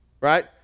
right